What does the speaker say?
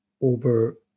over